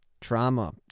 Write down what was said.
trauma